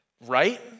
Right